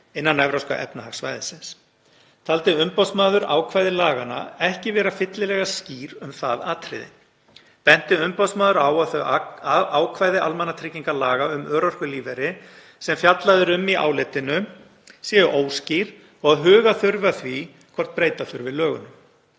innan Evrópska efnahags-svæðisins. Taldi umboðsmaður ákvæði laganna ekki vera fyllilega skýr um það atriði. Benti umboðsmaður á að þau ákvæði almannatryggingalaga um örorkulífeyri sem fjallað er um í álitinu séu óskýr og að huga þurfi að því hvort breyta þurfi lögunum.